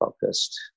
focused